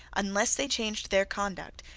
unless they changed their conduct,